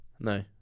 No